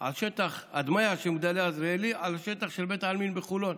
על שטח של בית העלמין בחולון